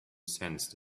sensed